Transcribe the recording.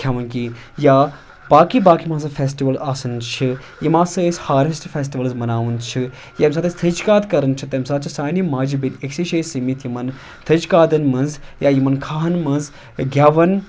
کھٮ۪وان کِہینۍ یا باقٕے باقٕے یِم ہَسا فیٚسٹِوَل آسان چھِ یِم ہَسا أسۍ ہاروٮ۪سٹ فیٚسٹٕوَلٕز مَناوان چھِ ییٚمہِ ساتہٕ أسۍ تھٔج کاد کَران چھِ تَمہِ ساتہٕ چھَ سانہِ ماجہِ بیٚنہِ أکسٕے جایہِ سٔمِتھ یِمَن تھٔج کادَن منٛز یا یِمَن کھَہہ ہَن منٛز گٮ۪وان